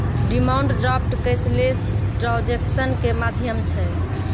demand draft cashless transaction के माध्यम छै